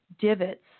divots